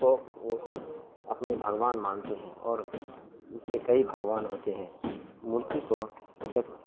کو وہ سب اپنے بھگوان مانتے ہیں اور اس کے کئی بھگوان ہوتے ہیں مورتی کو وہ سب